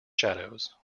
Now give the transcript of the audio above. shadows